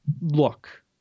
look